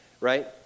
right